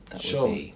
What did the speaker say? Sure